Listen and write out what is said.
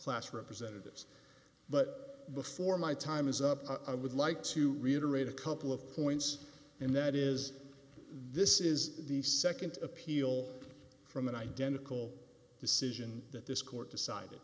class representatives but before my time is up i would like to reiterate a couple of points and that is this is the nd appeal from an identical decision that this court decided